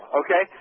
okay